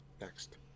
next